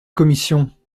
commission